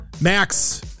Max